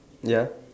ya